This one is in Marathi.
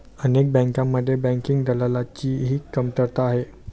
अनेक बँकांमध्ये बँकिंग दलालाची ही कमतरता आहे